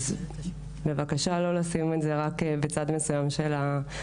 אז בבקשה, לא לשים את זה רק בצד מסוים של הדברים.